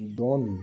ᱫᱚᱱ